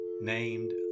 named